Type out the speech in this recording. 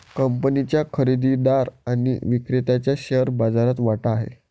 कंपनीच्या खरेदीदार आणि विक्रेत्याचा शेअर बाजारात वाटा आहे